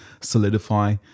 solidify